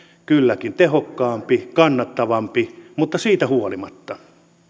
kylläkin tehokkaampi kannattavampi mutta siitä huolimatta